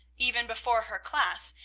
even before her class,